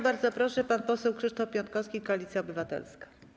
Bardzo proszę, pan poseł Krzysztof Piątkowski, Koalicja Obywatelska.